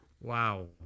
Wow